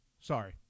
Sorry